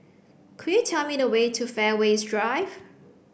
could you tell me the way to Fairways Drive